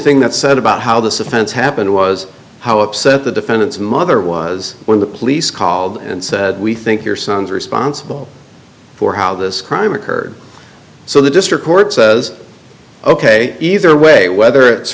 thing that said about how this offense happened was how upset the defendant's mother was when the police called and said we think your son's responsible for how this crime occurred so the district court says ok either way whether it's